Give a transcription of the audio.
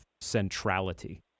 centrality